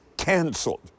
canceled